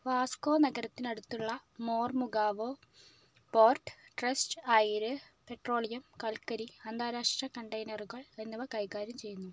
Vasco നഗരത്തിനടുത്തുള്ള Mormugao port trust അയിര് petroleum കൽക്കരി അന്താരാഷ്ട്ര കണ്ടെയ്നറുകൾ എന്നിവ കൈകാര്യം ചെയ്യുന്നു